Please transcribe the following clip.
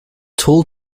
tall